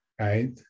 right